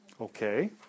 Okay